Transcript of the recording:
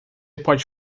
pode